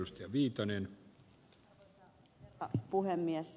arvoisa herra puhemies